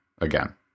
again